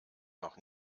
noch